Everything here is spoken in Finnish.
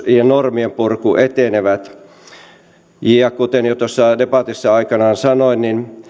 ja normienpurku etenevät kuten jo tuossa debatissa sanoin